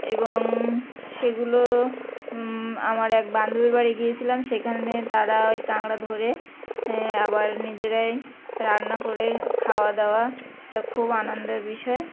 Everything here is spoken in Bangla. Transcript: এবং সেগুলো আমার এক বান্ধবীর বাড়ি গিয়েছিলাম সেখানে তারা ওই কাঁকড়া ধরে আবার নিজেরাই রান্না করে খাওয়া দাওয়া এ খুব আনন্দের বিষয়